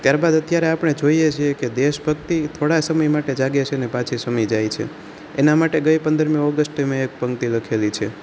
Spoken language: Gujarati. ત્યારબાદ અત્યારે આપણે જોઈએ છીએ કે દેશભક્તિ થોડા સમય માટે જાગે છે ને પાછી શમી જાય છે એના માટે ગઈ પંદરમી ઓગસ્ટે મેં એક પંક્તિ લખેલી છે